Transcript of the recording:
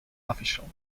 official